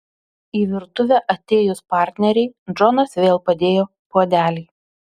į virtuvę atėjus partnerei džonas vėl padėjo puodelį